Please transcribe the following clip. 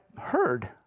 heard